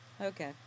Okay